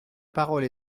parole